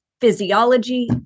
physiology